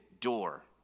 door